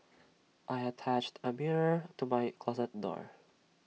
I attached A mirror to my closet door